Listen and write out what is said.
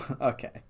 Okay